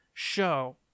show